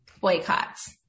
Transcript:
boycotts